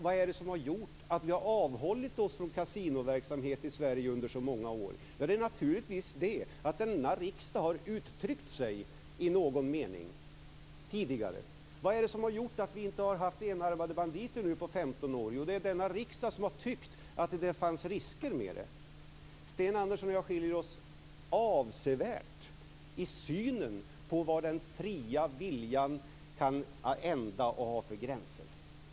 Vad är det som har gjort att vi har avhållit oss från kasinoverksamhet i Sverige i så många år? Det beror naturligtvis på att denna riksdag har uttryckt sig i någon mening tidigare. Vad är det som har gjort att vi inte har haft enarmade banditer sedan 15 år? Det är denna riksdag som har tyckt att det har funnits risker. Sten Andersson och jag skiljer oss avsevärt i synen på vad den fria viljan kan ändas av för gränser.